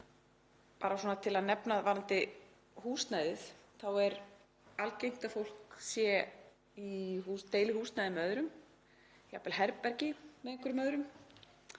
bara svona til að nefna varðandi húsnæðið þá er algengt að fólk deili húsnæði með öðrum, jafnvel herbergi með einhverjum öðrum,